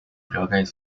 прилагает